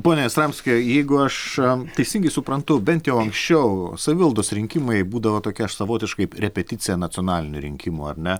pone jastramski jeigu aš teisingai suprantu bent jau anksčiau savivaldos rinkimai būdavo tokia savotiškai repeticija nacionalinių rinkimų ar ne